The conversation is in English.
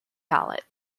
ballot